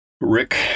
Rick